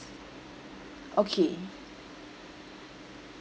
okay